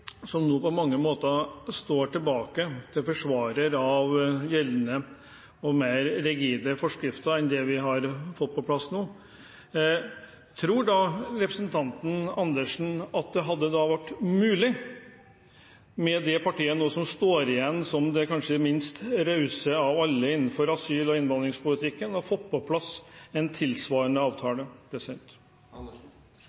som nå på mange måter står tilbake som forsvarer av gjeldende og mer rigide forskrifter enn det vi har fått på plass nå: Tror representanten Andersen at det hadde vært mulig med det partiet som nå står igjen som det kanskje minst rause av alle innenfor asyl- og innvandringspolitikken, å få på plass en tilsvarende avtale?